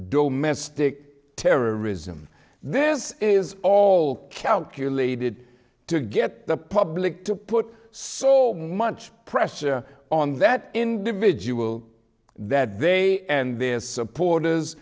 mystic terrorism this is all calculated to get the public to put so much pressure on that individual that they and their supporters